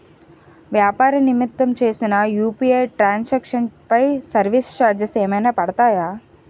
వ్యాపార నిమిత్తం చేసిన యు.పి.ఐ ట్రాన్ సాంక్షన్ పై సర్వీస్ చార్జెస్ ఏమైనా పడతాయా?